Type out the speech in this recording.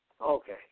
Okay